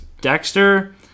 dexter